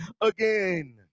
again